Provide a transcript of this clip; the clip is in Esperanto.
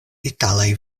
italaj